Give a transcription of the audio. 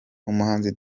umuhanzi